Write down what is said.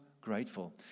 grateful